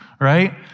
right